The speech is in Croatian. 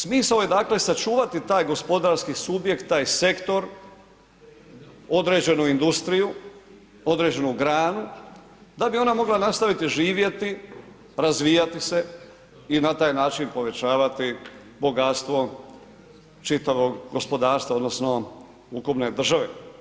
Smisao je dakle sačuvati taj gospodarski subjekt, taj sektor, određenu industriju, određenu granu da bi ona mogla nastaviti živjeti, razvijati se i na taj način povećavati bogatstvo čitavog gospodarstva odnosno ukupne države.